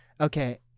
Okay